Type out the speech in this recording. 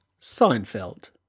Seinfeld